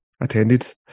attended